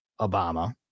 Obama